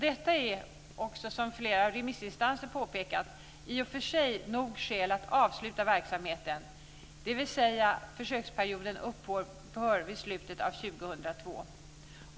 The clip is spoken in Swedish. Detta är, som också flera remissinstanser påpekat, i och för sig nog skäl att avsluta verksamheten, dvs. då försöksperioden upphör vid slutet av 2002.